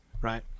right